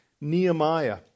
Nehemiah